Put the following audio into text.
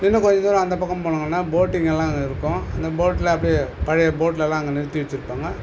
இன்னும் கொஞ்ச தூரம் அந்த பக்கம் போனாங்கன்னா போட்டிங் எல்லாம் அங்கே இருக்கும் அந்த போட்டில் அப்படியே பழைய போட்லலாம் அங்கே நிறுத்தி வச்சுருப்பாங்க